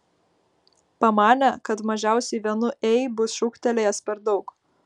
pamanė kad mažiausiai vienu ei bus šūktelėjęs per daug